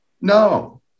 No